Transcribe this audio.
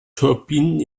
turbinen